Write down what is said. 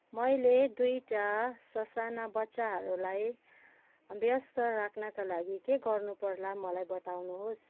मैले दुईवटा ससाना बच्चाहरूलाई व्यस्त राख्नका लागि के गर्नुपर्ला मलाई बताउनुहोस्